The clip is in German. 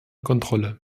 kontrolle